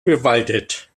bewaldet